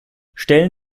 stellen